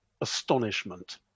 astonishment